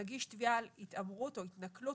מגיש תביעה על התעמרות או התנכלות,